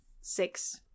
Six